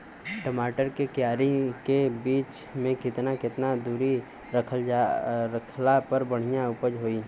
टमाटर के क्यारी के बीच मे केतना केतना दूरी रखला पर बढ़िया उपज होई?